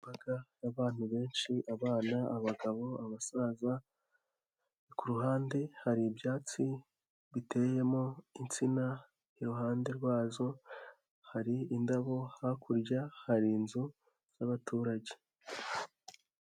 Imbaga y'abantu benshi abana, abagabo, abasaza kuhande hari ibyatsi biteyemo insina iruhande rwazo hari indabo hakurya hari inzu zabaturage.